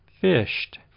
fished